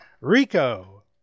Rico